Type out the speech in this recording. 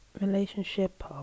relationship